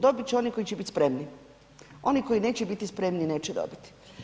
Dobit će oni koji će biti spremni, oni koji neće biti spremni neće dobiti.